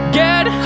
get